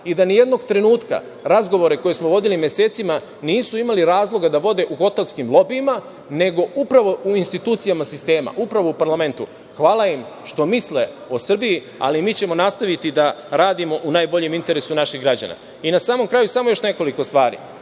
i da nijednog trenutka razgovore koje smo vodili mesecima nisu imali razloga da vode u hotelskim lobijima, nego upravo u institucijama sistema, upravo u parlamentu. Hvala im što misle o Srbiji, ali mi ćemo nastaviti da radimo u najboljem interesu naših građana.I na samom kraju, samo još nekoliko stvari. Žao